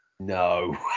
No